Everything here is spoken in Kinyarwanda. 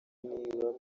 niba